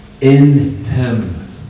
in-him